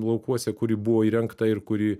laukuose kuri buvo įrengta ir kuri